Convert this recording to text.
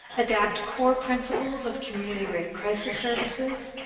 adapt core principles of community rape crisis services,